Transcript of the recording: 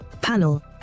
panel